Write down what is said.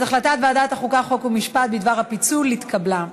החלטת ועדת החוקה, חוק ומשפט בדבר הפיצול התקבלה.